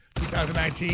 2019